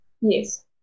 yes